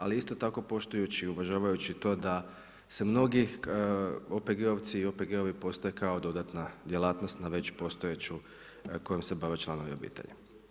Ali isto tako poštujući, uvažavajući to da se mnogi OPG-ovci i OPG-ovi postaje kao dodatna djelatnost na već postojeću kojom se bave članovi obitelji.